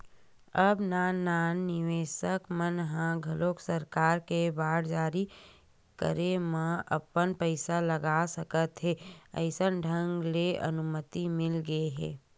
अब नान नान निवेसक मन ह घलोक सरकार के बांड जारी करे म अपन पइसा लगा सकत हे अइसन ढंग ले अनुमति मिलगे हे